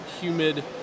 humid